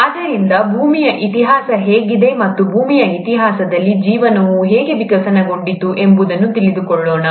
ಆದ್ದರಿಂದ ಭೂಮಿಯ ಇತಿಹಾಸ ಹೇಗಿದೆ ಮತ್ತು ಭೂಮಿಯ ಇತಿಹಾಸದಲ್ಲಿ ಜೀವನವು ಹೇಗೆ ವಿಕಸನಗೊಂಡಿತು ಎಂಬುದನ್ನು ತಿಳಿದುಕೊಳ್ಳೋಣ